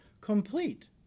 complete